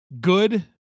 good